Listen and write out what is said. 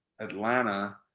Atlanta